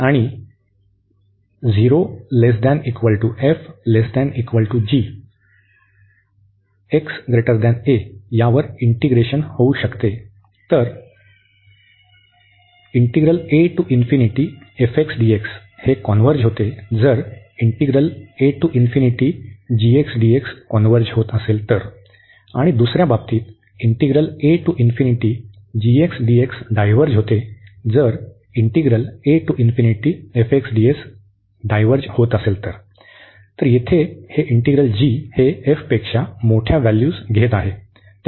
तर येथे आपण समजू की आणि यांचे and that वर इंटीग्रेशन होऊ शकते तर • converges if converges • diverges if diverges तर येथे हे इंटीग्रल g हे f पेक्षा मोठ्या व्हॅल्यूज घेत आहे